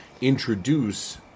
introduce